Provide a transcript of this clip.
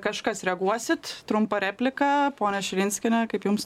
kažkas reaguosit trumpą repliką ponia širinskiene kaip jums